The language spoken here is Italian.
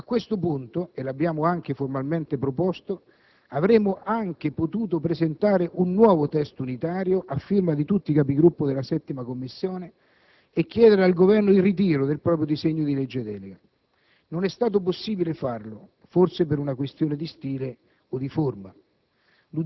A questo punto, e l'abbiamo anche formalmente proposto, avremmo anche potuto presentare un nuovo testo unitario a firma di tutti Capigruppo della 7a Commissione e chiedere al Governo il ritiro del proprio disegno di legge delega. Non è stato possibile farlo, forse per una questione di stile o di forma: